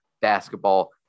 basketball